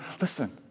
Listen